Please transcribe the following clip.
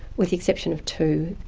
with the exception of two,